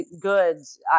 goods